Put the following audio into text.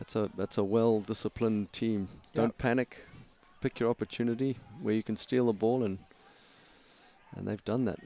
that's a that's a well disciplined team don't panic pick your opportunity where you can steal a ball and and they've done that